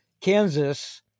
Kansas